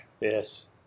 Yes